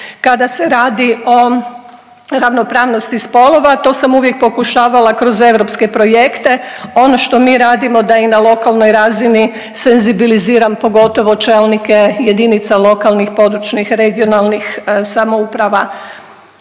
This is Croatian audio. kada se radi o ravnopravnosti spolova. To sam uvijek pokušavala kroz europske projekte. Ono što mi radimo da i na lokalnoj razini senzibiliziram pogotovo čelnike jedinica lokalnih, područnih, regionalnih samouprava.